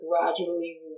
gradually